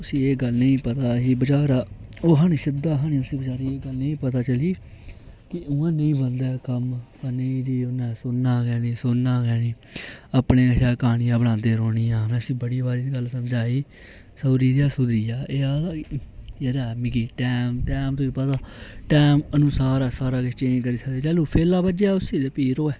उस्सी एह् गल्ल निं ही पता ही बेचारा ओह् हा निं सिद्धा ही निं उस्सी बचारे गी ओह् गल्ल नेईं पता चली कि उ'आं नेईं बनदा ऐ कम्म पर नेईं जी उ'न्नै सुनना गै निं सुनना गै निं अपने कशा क्हानियां बनांदे रौह्नियां में उस्सी बड़ी बारी इक गल्ल समझाई सौह्री देआ सुधरी जा एह् आखदा यरा मिगी टैम टैम तुगी पता टैम अनुसार गै सारा किश चेंज करी सकदे जदूं फेला बज्जेआ उस्सी ते फ्ही रोऐ